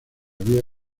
había